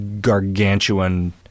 gargantuan